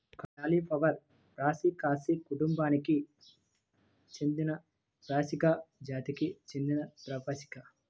cauliflower brassicaceae కుటుంబానికి చెందినబ్రాసికా జాతికి చెందినబ్రాసికా